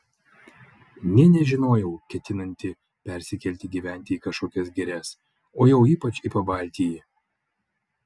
nė nežinojau ketinanti persikelti gyventi į kažkokias girias o jau ypač į pabaltijį